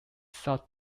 sought